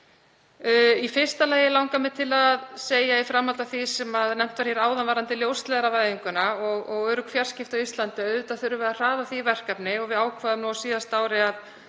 Í fyrsta lagi langar mig til að segja, í framhaldi af því sem nefnt var hér áðan varðandi ljósleiðaravæðinguna og örugg fjarskipti á Íslandi, að auðvitað þurfum við að hraða því verkefni. Við ákváðum á síðasta ári að